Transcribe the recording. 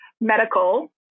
medical